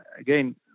Again